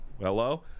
hello